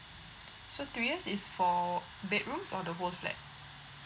so three years is for bedrooms or the whole flat